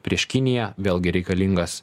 prieš kiniją vėlgi reikalingas